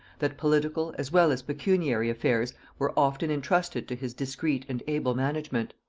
that political as well as pecuniary affairs were often intrusted to his discreet and able management.